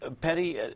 Patty